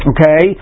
Okay